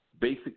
basic